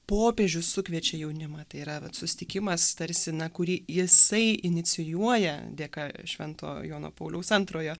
popiežius sukviečia jaunimą tai yra vat susitikimas tarsi na kurį jisai inicijuoja dėka švento jono pauliaus antrojo